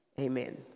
amen